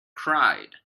cried